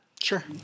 Sure